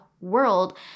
world